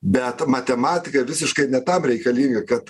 bet matematika visiškai ne tam reikalinga kad